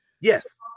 Yes